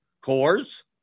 cores